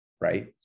right